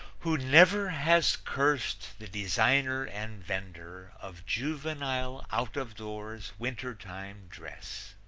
who never has cursed the designer and vender of juvenile-out-of-doors-winter-time dress?